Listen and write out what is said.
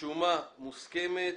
שומה מוסכמת),